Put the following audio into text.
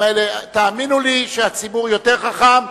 תאמינו לי שהציבור יותר חכם,